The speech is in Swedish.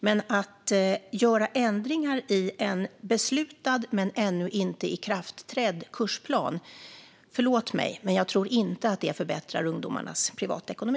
Men att göra ändringar i en beslutad kursplan som ännu inte trätt i kraft - förlåt mig, men jag tror inte att det förbättrar ungdomarnas privatekonomi.